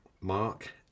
mark